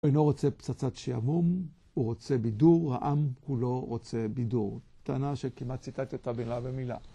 אינו רוצה פצצת שיעמום, הוא רוצה בידור, העם כולו רוצה בידור. טענה שכמעט ציטטת אותה מילה במילה.